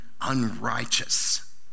unrighteous